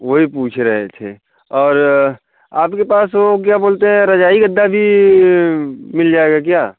वही पूछ रहे थे और आपके पास वो क्या बोलते हैं रजाई गद्दा भी मिल जाएगा क्या